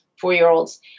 four-year-olds